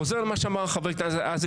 אני חוזר למה שאמר חבר הכנסת איזנקוט,